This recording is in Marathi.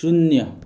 शून्य